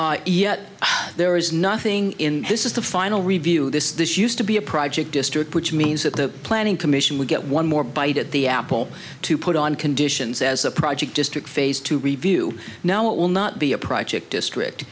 hotel yet there is nothing in this is the final review of this this used to be a project district which means that the planning commission will get one more bite at the apple to put on conditions as a project district phase two review now it will not be a project district